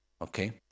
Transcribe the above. Okay